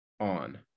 on